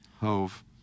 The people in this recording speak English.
Hove